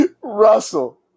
Russell